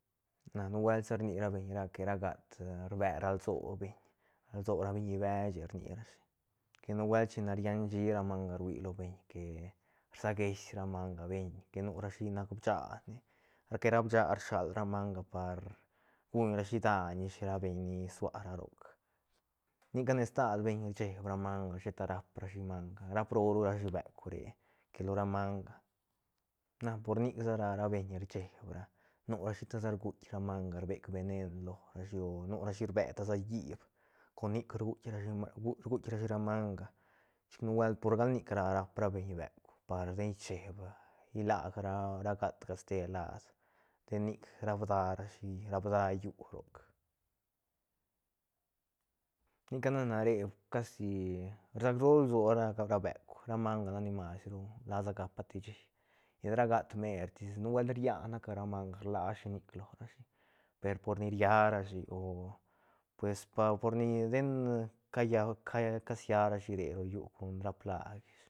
Na nubuelt sa rni rabeñ que ra gat rbe lsobeñ lso ra biñi beche rni rashi que nubuelt chine rian shi ra manga rui lo beñ que rsageis ra manga beñ que nu rashi nac bicha ne que ra bicha shal ra manga par guñrashi daiñ ra beñ ni sua ra roc nicane stal beñ rcheb ra manga sheta raap rashi manga raap roo ra rashi beuk re que lo ra manga na por nic sa ra ra beñ rcheeb ra nu rashi ta sa rguitk ra manga rbec venen lo rashi o nurashi rbe ta sa llíb con nic rguitk- rguitk rashi manga chic nubuelt por gal nic ra raap rabeñ beuk par den chieeb ilac ra gatga ste laad ten nic raap darashi raap da llú roc nica na ra re casi rsag roo ru lsoa ra- ra beuk ra manga nac ni masru lasa gaap pa te shí llet ra gat mertis nubuelt rianaca ra manga rla shinic lorashi per por ni ria rashi o pues por ni den callau- casia rashi re ro llú con ra plag ish.